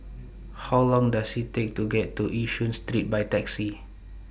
How Long Does IT Take to get to Yishun Street By Taxi